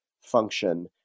function